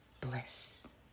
bliss